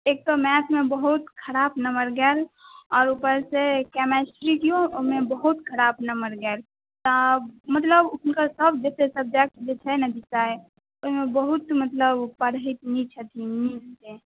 एक तऽ मैथमे बहुत खराब नम्बर गेल आओर उपरसँ केमिस्ट्रिओमे बहुत खराब नम्बर गेल तऽ मतलब हुनकर सब जतेक सब्जेक्ट छै ने विषय ओहिमे बहुत मतलब पढ़ैत नहि छथिन